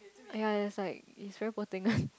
ya it's like it's very poor thing one